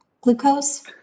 glucose